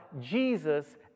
jesus